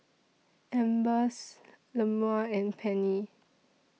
Ambers Lemuel and Penni